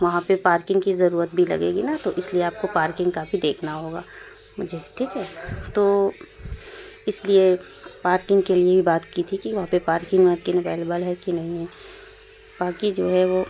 وہاں پہ پارکنگ کی ضرورت بھی لگے گی نا تو اِس لیے آپ کو پارکنگ کا بھی دیکھنا ہوگا مجھے ٹھیک ہے تو اِس لیے پارکنگ کے لیے بھی بات کی تھی کہ وہاں پہ پارکنگ وارکنگ اویلیبل ہے کہ نہیں ہے باقی جو ہے وہ